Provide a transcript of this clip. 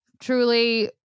Truly